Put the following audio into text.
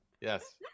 Yes